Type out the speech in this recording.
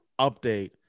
update